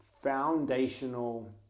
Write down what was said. foundational